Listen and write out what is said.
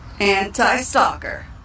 anti-stalker